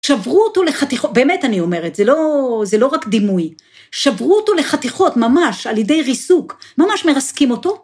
שברו אותו לחתיכות, באמת אני אומרת, זה לא רק דימוי. שברו אותו לחתיכות ממש על ידי ריסוק, ממש מרסקים אותו.